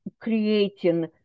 creating